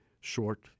short